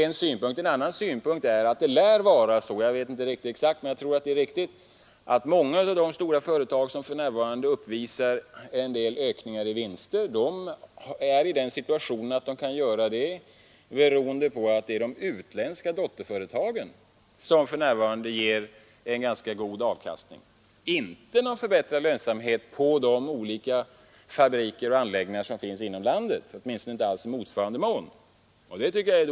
En annan synpunkt är att det lär vara så att många av de stora företag, som för närvarande uppvisar ökning i vinst, inte i sig själva ger vinst. Det är deras utländska dotterföretag som för närvarande ger en bättre avkastning. Det är inte fråga om någon förbättrad lönsamhet på de olika fabriker och anläggningar som finns inom landet — åtminstone inte i motsvarande mån.